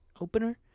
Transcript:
Opener